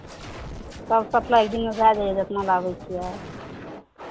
सभ सप्लाइ दिनमे भए जाइए जितना लाबै छियै